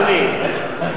אדוני.